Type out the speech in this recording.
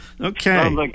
Okay